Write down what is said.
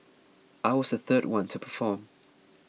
I was the third one to perform